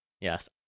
Yes